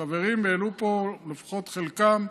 שהחברים העלו פה, לפחות חלקם,